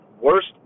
worst